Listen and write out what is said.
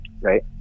right